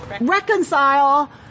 Reconcile